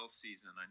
season